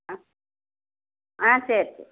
ஆ ஆ சரி சரி